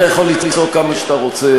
אתה יכול לצעוק כמה שאתה רוצה,